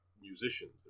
musicians